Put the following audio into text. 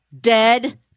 dead